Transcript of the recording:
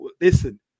listen